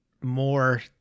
more